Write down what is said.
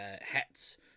hats